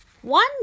One